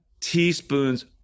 teaspoons